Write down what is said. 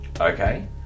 Okay